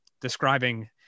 describing